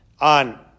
on